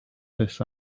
this